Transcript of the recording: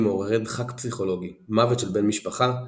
מעוררי דחק פסיכולוגי מוות של בן משפחה,